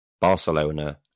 Barcelona